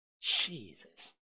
Jesus